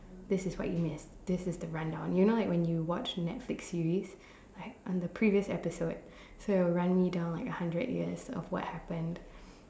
this is what you missed this is the rundown you know like when you watch Netflix series like on the previous episode so run me down like a hundred years of what happened